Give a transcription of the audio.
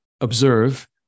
observe